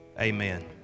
amen